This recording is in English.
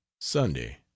Sunday